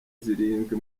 zirindwi